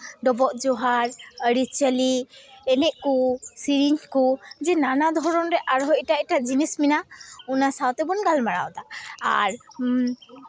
ᱰᱚᱵᱚᱜ ᱡᱚᱦᱟᱨ ᱟᱹᱨᱤᱪᱟᱹᱞᱤ ᱮᱱᱮᱡ ᱠᱚ ᱥᱮᱨᱮᱧ ᱠᱚ ᱡᱮ ᱱᱟᱱᱟ ᱫᱷᱚᱨᱚᱱ ᱨᱮ ᱟᱨᱦᱚᱸ ᱮᱴᱟᱜ ᱮᱴᱟᱜ ᱡᱤᱱᱤᱥ ᱢᱮᱱᱟᱜᱼᱟ ᱚᱱᱟ ᱥᱟᱶ ᱛᱮᱵᱚᱱ ᱜᱟᱞᱢᱟᱨᱟᱣᱫᱟ ᱟᱨ